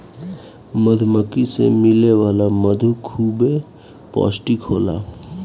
मधुमक्खी से मिले वाला मधु खूबे पौष्टिक होला